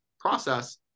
process